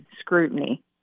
scrutiny